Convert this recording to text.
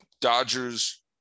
Dodgers